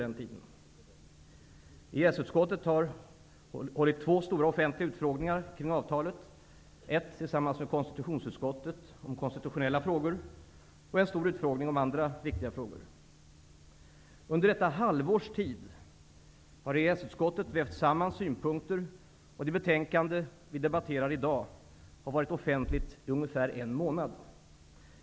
EES-utskottet har hållit två stora offentliga utfrågningar kring avtalet, ett tillsammans med konstitutionsutskottet om konstitutionella frågor och en stor utfrågning om andra viktiga frågor. Under detta halvårs tid har EES-utskottet vävt samman synpunkter, och det betänkande vi debatterar i dag har varit offentligt i ungefär en månad.